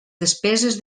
despeses